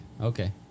Okay